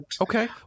Okay